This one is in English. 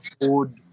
food